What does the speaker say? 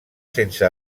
sense